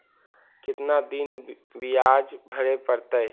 कितना दिन बियाज भरे परतैय?